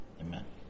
Amen